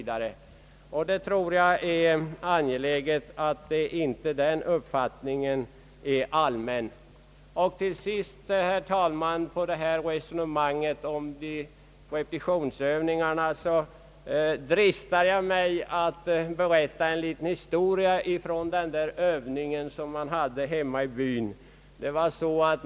Jag tror att det är angeläget att detta inte blir en allmän uppfattning om repetitionsövningarna. Beträffande resonemanget om repetitionsövningarna dristar jag mig att berätta en liten historia från den övning som ägde rum i min hemby.